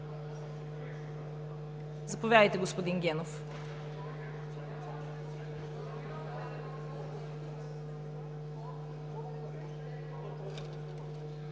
заповядайте, господин Генов.